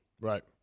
Right